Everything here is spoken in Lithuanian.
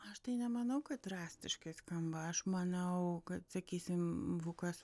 aš nemanau kad drastiškai skamba aš manau kad sakysim vukas